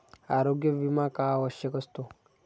आरोग्य विमा का आवश्यक असतो?